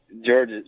George